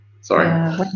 sorry